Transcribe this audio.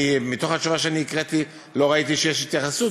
בתשובה שהקראתי, לא ראיתי שיש התייחסות